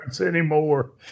anymore